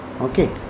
okay